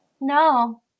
No